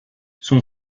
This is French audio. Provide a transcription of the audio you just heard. son